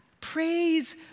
Praise